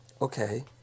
Okay